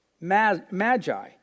Magi